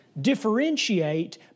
differentiate